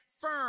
firm